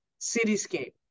cityscape